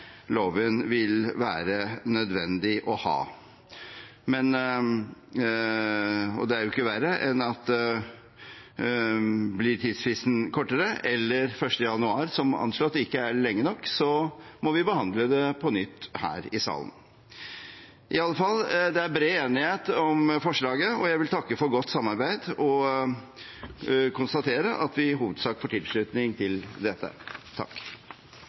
loven vil være nødvendig å ha. Det er jo ikke verre enn at om tidsfristen blir for kort, eller om 1. januar, som anslått, ikke er lenge nok, må vi behandle det på nytt her i salen. Iallfall: Det er bred enighet om forslaget, og jeg vil takke for godt samarbeid og konstatere at vi i hovedsak får tilslutning til dette.